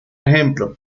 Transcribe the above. ejemplo